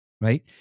Right